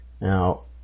now